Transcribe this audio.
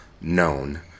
Known